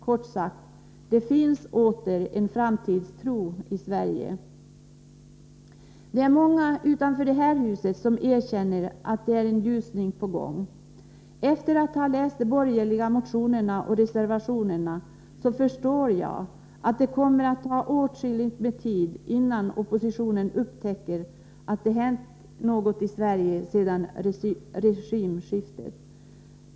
Kort sagt: Det finns åter en framtidstro i Sverige. Det är många utanför det här huset som erkänner att en ljusning är på gång. Efter att ha läst de borgerliga motionerna och reservationerna förstår jag att det kommer att ta åtskilligt med tid innan oppositionen upptäcker att det hänt något i Sverige sedan regimskiftet.